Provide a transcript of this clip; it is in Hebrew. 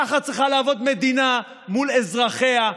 ככה צריכה לעבוד מדינה מול אזרחיה,